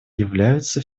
является